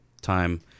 time